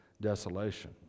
desolation